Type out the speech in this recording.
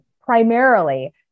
primarily